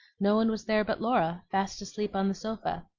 no one was there but laura, fast asleep on the sofa.